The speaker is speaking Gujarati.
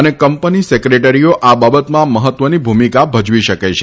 અને કંપની સેક્રેટરીઓ આ બાબતમાં મહત્વની ભૂમિકા ભજવી શકે છે